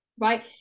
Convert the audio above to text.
right